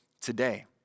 today